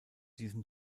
diesem